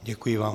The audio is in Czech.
Děkuji vám.